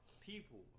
people